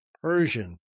Persian